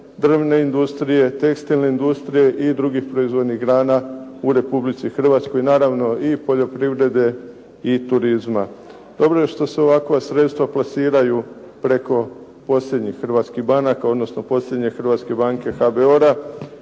drvne industrije, tekstilne industrije, i drugih proizvodnih grana u Republici Hrvatskoj. Naravno i poljoprivrede, i turizma. Dobro je što se ovakva sredstva plasiraju preko …/Govornik se ne razumije./… hrvatskih banaka,